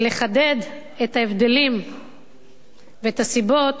ולחדד את ההבדלים ואת הסיבות